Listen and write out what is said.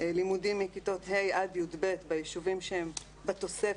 לימודים מכיתות ה' י"ב ביישובים שהם בתוספת,